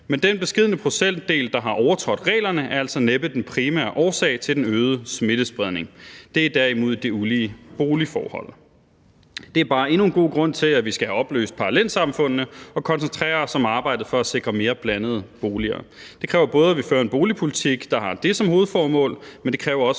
Men den beskedne procentdel, der har overtrådt reglerne, er altså næppe den primære årsag til den øgede smittespredning. Det er derimod det ulige boligforhold. Det er bare endnu en god grund til, at vi skal have opløst parallelsamfundene og koncentrere os om arbejdet for at sikre mere blandede boliger. Det kræver både, at vi fører en boligpolitik, der har det som hovedformål, men det kræver også